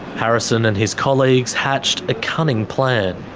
harrison and his colleagues hatched a cunning plan.